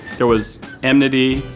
there was enmity,